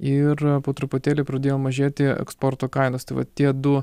ir po truputėlį pradėjo mažėti eksporto kainos tai va tie du